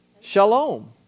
Shalom